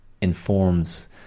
informs